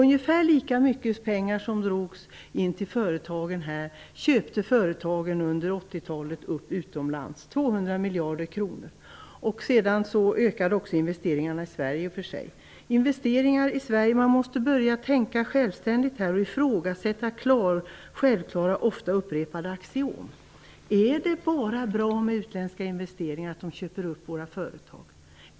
Under 80-talet gjorde företagen uppköp utomlands för ungefär lika mycket pengar som drogs in till dem, omkring 200 miljarder. I och för sig ökade också investeringarna i Sverige. Man måste börja tänka självständigt och ifrågasätta självklara, ofta upprepade axiom. Är det bara bra med utländska investeringar, att de köper upp våra företag?